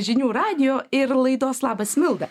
žinių radijo ir laidos labas milda